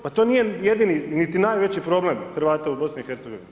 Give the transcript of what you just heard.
Pa to nije jedini niti najveći problem Hrvata u BiH.